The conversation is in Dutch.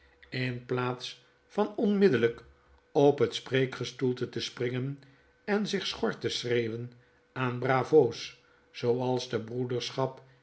in plaats van onmiddellp op het spreekgestoelte te springen en zichschor teschreeuwen aan bravo's zooals de broederschap